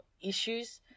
issues